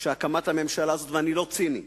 שהקמת הממשלה הזאת, ואני לא ציני,